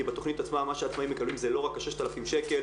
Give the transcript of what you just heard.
כי בתכנית עצמה מה שהעצמאים מקבלים זה לא רק ה-6,000 שקלים.